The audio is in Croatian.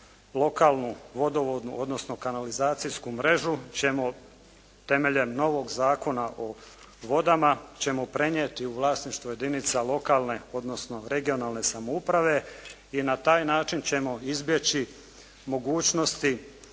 lokalnu vodovodnu odnosno kanalizacijsku mrežu ćemo temeljem novog Zakona o vodama prenijeti u vlasništvo jedinica lokalne odnosno regionalne samouprave i na taj način ćemo izbjeći mogućnosti